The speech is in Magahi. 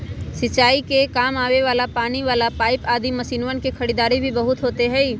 सिंचाई के काम आवे वाला पानी वाला पाईप आदि मशीनवन के खरीदारी भी बहुत होते हई